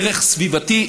ערך סביבתי,